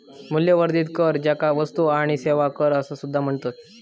मूल्यवर्धित कर, ज्याका वस्तू आणि सेवा कर असा सुद्धा म्हणतत